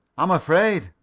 i'm afraid,